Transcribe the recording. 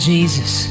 Jesus